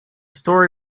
story